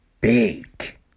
big